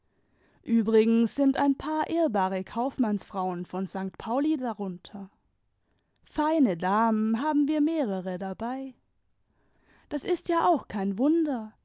übrigens sind ein paar ehrbare kaufmannsfrauen von st pauli darunter feine damen haben wir mehrere dabei das ist ja auch kein wunder